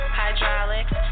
hydraulics